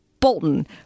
Bolton